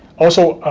also,